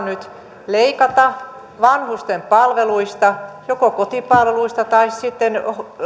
nyt leikata vanhusten palveluista joko kotipalveluista tai sitten